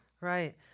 right